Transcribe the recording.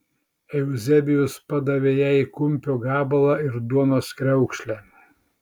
euzebijus padavė jai kumpio gabalą ir duonos kriaukšlę